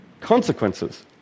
consequences